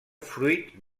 fruit